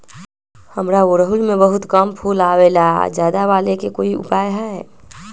हमारा ओरहुल में बहुत कम फूल आवेला ज्यादा वाले के कोइ उपाय हैं?